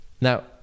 now